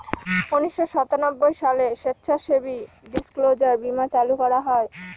উনিশশো সাতানব্বই সালে স্বেচ্ছাসেবী ডিসক্লোজার বীমা চালু করা হয়